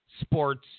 sports